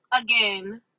again